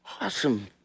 awesome